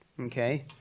Okay